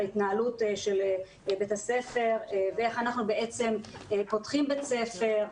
להתנהלות של בית הספר ואיך אנחנו בעצם פותחים בית ספר,